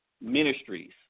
ministries